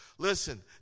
Listen